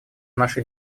нашей